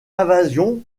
invasion